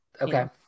Okay